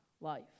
life